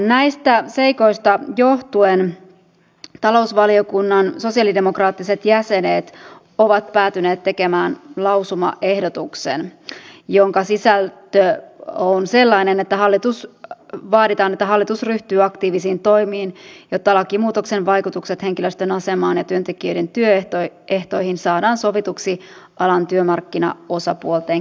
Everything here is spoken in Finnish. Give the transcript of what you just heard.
näistä seikoista johtuen talousvaliokunnan sosialidemokraattiset jäsenet ovat päätyneet tekemään lausumaehdotuksen jonka sisältö on sellainen että vaaditaan että hallitus ryhtyy aktiivisiin toimiin jotta lakimuutoksen vaikutukset henkilöstön asemaan ja työntekijöiden työehtoihin saadaan sovituksi alan työmarkkinaosapuolten kesken